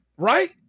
Right